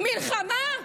מלחמה,